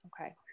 Okay